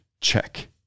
Check